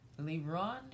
LeBron